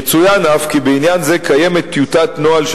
יצוין גם כי בעניין זה קיימת טיוטת נוהל של